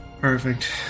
Perfect